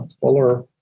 fuller